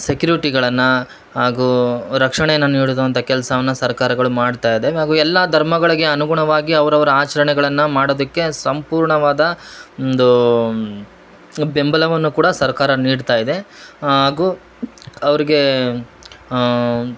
ಸೆಕ್ಯುರಿಟಿಗಳನ್ನ ಹಾಗೂ ರಕ್ಷಣೆಯನ್ನ ನೀಡುದೂಂತ ಕೆಲಸವನ್ನ ಸರ್ಕಾರಗಳು ಮಾಡ್ತಾ ಇದೆ ಹಾಗು ಎಲ್ಲಾ ಧರ್ಮಗಳಿಗೆ ಅನುಗುಣವಾಗಿ ಅವ್ರವರ ಆಚರಣೆಗಳನ್ನ ಮಾಡೋದಕ್ಕೆ ಸಂಪೂರ್ಣವಾದ ಒಂದು ಬೆಂಬಲವನ್ನು ಕೂಡ ಸರ್ಕಾರ ನೀಡ್ತಾ ಇದೆ ಹಾಗೂ ಅವ್ರ್ಗೆ